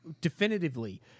definitively